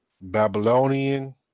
Babylonian